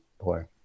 boy